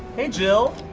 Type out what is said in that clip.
hey jill!